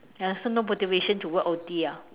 ya so no motivation to work O_T orh